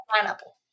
pineapple